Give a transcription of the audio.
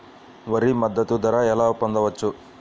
వరి మద్దతు ధర ఎలా పొందవచ్చు?